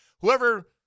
whoever